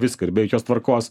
viską ir be jokios tvarkos